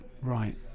Right